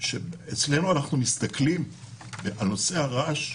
שאנחנו מסתכלים על נושא הרעש.